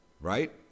Right